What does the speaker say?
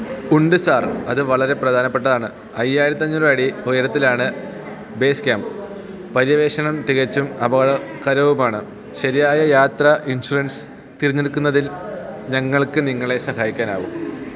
ഉണ്ട് സാർ അത് വളരെ പ്രധാനപ്പെട്ടതാണ് അയ്യായിരത്തഞ്ഞൂർ അടി ഉയരത്തിലാണ് ബേയ്സ് ക്യാമ്പ് പര്യവേഷണം തികച്ചും അപകടകരവുമാണ് ശരിയായ യാത്രാ ഇൻഷുറൻസ് തിരഞ്ഞെടുക്കുന്നതിൽ ഞങ്ങൾക്ക് നിങ്ങളെ സഹായിക്കാനാകും